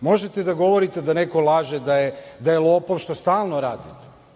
možete da govorite da neko laže, da je lopov, što stalno radite,